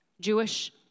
Jewish